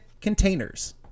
containers